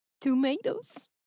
Tomatoes